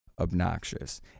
obnoxious